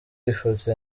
ifoto